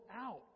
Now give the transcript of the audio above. out